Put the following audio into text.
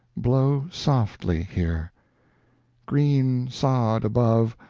blow softly here green sod above,